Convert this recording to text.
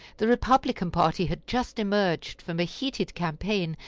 the republican party had just emerged from a heated campaign,